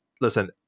listen